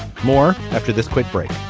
more after this quick break